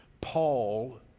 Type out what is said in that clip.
Paul